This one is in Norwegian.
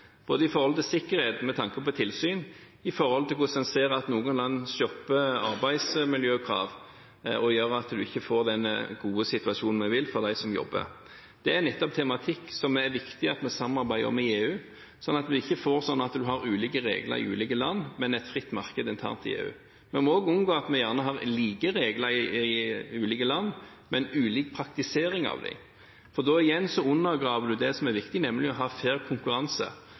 både innenfor sikkerhet og med tanke på tilsyn, og hvordan en ser at noen land kutter i arbeidsmiljøkrav, noe som gjør at man ikke får den gode situasjonen vi vil ha for dem som jobber. Det er nettopp en tematikk som det er viktig at vi samarbeider om i EU, så vi ikke får ulike regler i ulike land, men et fritt marked internt i EU. Vi må også unngå at vi har like regler i ulike land, men med ulik praktisering av dem. For da – igjen – undergraver man det som er viktig, nemlig å ha fair konkurranse.